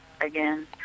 again